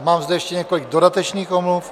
A mám zde ještě několik dodatečných omluv.